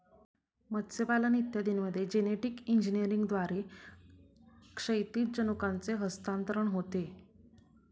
मत्स्यपालन इत्यादींमध्ये जेनेटिक इंजिनिअरिंगद्वारे क्षैतिज जनुकांचे हस्तांतरण होते